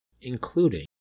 including